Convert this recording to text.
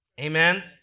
Amen